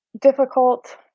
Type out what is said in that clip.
difficult